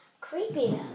creepy